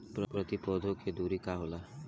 प्रति पौधे के दूरी का होला?